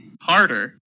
harder